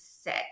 sick